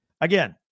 Again